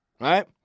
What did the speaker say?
right